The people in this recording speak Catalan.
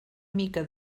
mica